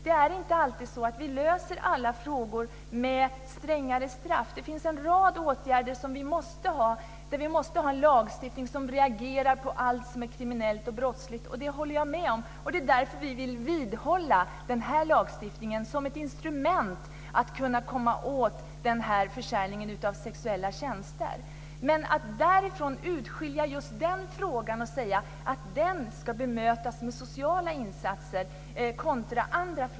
Vi löser inte alla problem med strängare straff. Det finns en rad områden där vi måste ha en lagstiftning som reagerar mot allt som är kriminellt och brottsligt. Det håller jag med om. Därför vill vi vidhålla lagstiftning som ett instrument för att komma åt försäljningen av sexuella tjänster. Jag har lite svårt att förstå att man skiljer ut just den frågan och säger att problemet ska bemötas med sociala insatser.